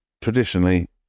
traditionally